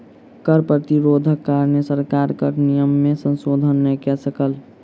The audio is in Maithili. कर प्रतिरोधक कारणेँ सरकार कर नियम में संशोधन नै कय सकल